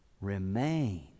remain